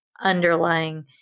underlying